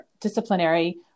disciplinary